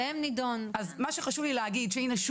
אז מה שחשוב לי להגיד זה שהנה,